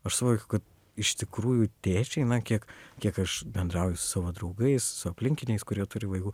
aš suvokiu kad iš tikrųjų tėčiai na kiek kiek aš bendrauju su savo draugais su aplinkiniais kurie turi vaikų